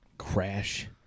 crash